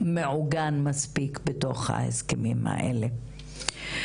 לא מעוגן מספיק בתוך ההסכמים האלה.